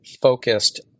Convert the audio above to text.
focused